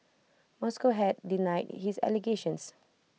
Moscow has denied his allegations